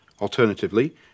Alternatively